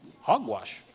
Hogwash